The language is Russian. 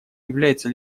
является